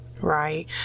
right